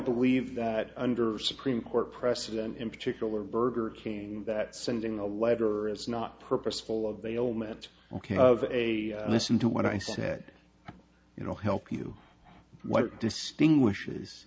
believe that under supreme court precedent in particular burger king that sending a letter is not purposeful of bailment ok have a listen to what i said you know help you what distinguishes